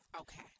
Okay